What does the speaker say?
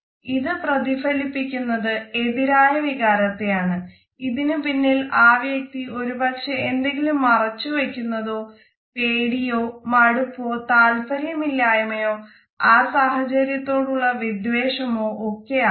ഇത് പ്രതിഫലിപ്പിക്കുന്നത് എതിരായ വികാരത്തെ ആണ് ഇതിന് പിന്നിൽ ആ വ്യക്തി ഒരു പക്ഷേ എന്തെങ്കിലും മറച്ചു വയ്ക്കുന്നതോ പേടിയോ മടുപ്പോ താൽപര്യം ഇല്ലയ്മയോ ആ സാഹചര്യത്തോട് ഉള്ള വിദ്വേഷമോ ഒക്കെ ആകാം